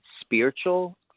spiritual